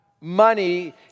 money